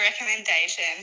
recommendation